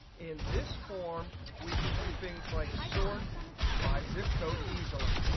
in this form, we can do things like sort by zip code easily.